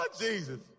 Jesus